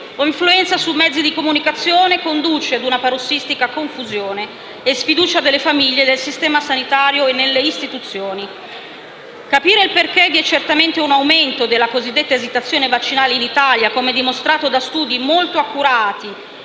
influenza sui mezzi di comunicazione, conduce a una parossistica confusione e sfiducia delle famiglie nel sistema sanitario e nelle istituzioni. Capire perché vi è certamente un aumento della cosiddetta esitazione vaccinale in Italia, come dimostrato da studi molto accurati